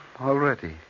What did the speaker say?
already